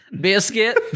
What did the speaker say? biscuit